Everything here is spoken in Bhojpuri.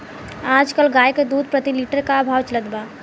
आज कल गाय के दूध प्रति लीटर का भाव चलत बा?